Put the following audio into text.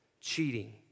cheating